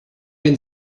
den